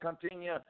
continue